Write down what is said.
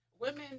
Women